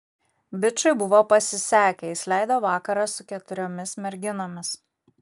bičui buvo pasisekę jis leido vakarą su keturiomis merginomis